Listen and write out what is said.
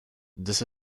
this